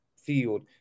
field